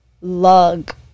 lug